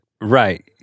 Right